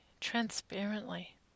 transparently